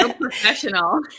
professional